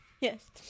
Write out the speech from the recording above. Yes